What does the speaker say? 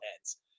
heads